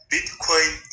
Bitcoin